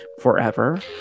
forever